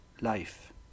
life